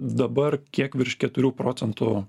dabar kiek virš keturių procentų